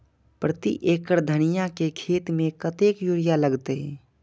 प्रति एकड़ धनिया के खेत में कतेक यूरिया लगते?